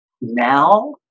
now